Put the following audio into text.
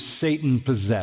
Satan-possessed